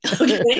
okay